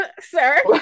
sir